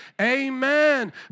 amen